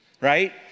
right